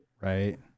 Right